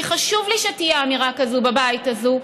כי חשוב לי שתהיה אמירה כזאת בבית הזה,